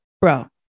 bro